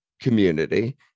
community